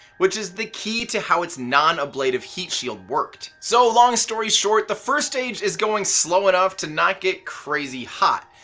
which is the key to how its non-ablative heat shield worked. so long story short. the first stage is going slow enough to not get crazy hot,